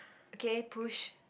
okay push